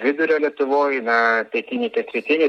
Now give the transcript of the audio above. vidurio lietuvoj na pietinėj pietrytinėj